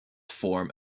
form